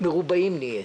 מרובעים נהייתם.